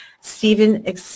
Stephen